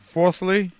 Fourthly